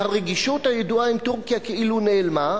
והרגישות הידועה עם טורקיה כאילו נעלמה,